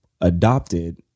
adopted